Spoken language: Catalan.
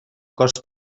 costa